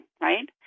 right